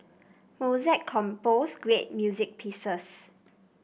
Mozart composed great music pieces